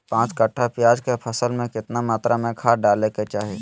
पांच कट्ठा प्याज के फसल में कितना मात्रा में खाद डाले के चाही?